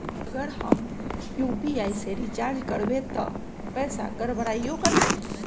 अगर हम यू.पी.आई से रिचार्ज करबै त पैसा गड़बड़ाई वो करतई?